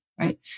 Right